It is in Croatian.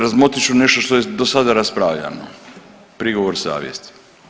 Razmotrit ću nešto što je do sada raspravljano, prigovor savjesti.